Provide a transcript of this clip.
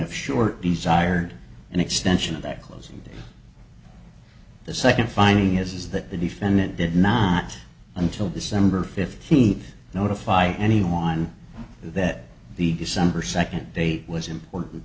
ff sure desired an extension of that closing the second finding is that the defendant did not until december fifteenth notify anyone that the december second date was important